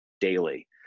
daily